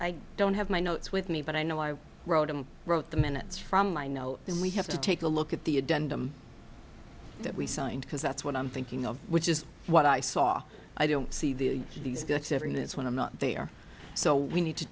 i don't have my notes with me but i know i wrote him wrote the minutes from my no then we have to take a look at the that we signed because that's what i'm thinking of which is what i saw i don't see the these in this one i'm not there so we need to